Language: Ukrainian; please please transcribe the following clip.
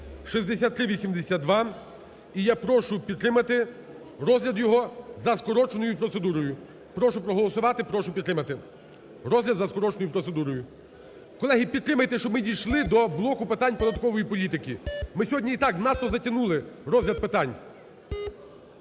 (6382). І я прошу підтримати розгляд його за скороченою процедурою. Прошу проголосувати. Прошу підтримати розгляд за скороченою процедурою. Колеги, підтримайте, щоб ми дійшли до блоку питань податкової політики. Ми сьогодні і так надто затягнули розгляд питань.